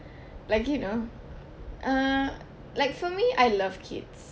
like you know uh like for me I love kids